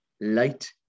Light